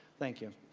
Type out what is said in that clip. thank you.